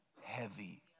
heavy